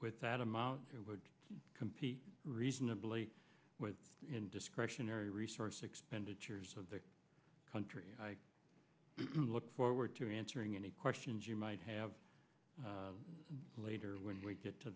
with that amount that would compete reasonably well in discretionary resource expenditures of the country i look forward to answering any questions you might have later when we get to